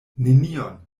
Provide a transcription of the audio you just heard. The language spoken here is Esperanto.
nenion